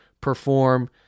perform